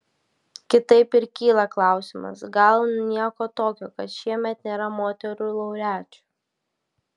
kitaip ir kyla klausimas gal nieko tokio kad šiemet nėra moterų laureačių